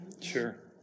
Sure